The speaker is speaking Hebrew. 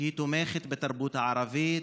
שהיא תומכת בתרבות הערבית,